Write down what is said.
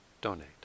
donate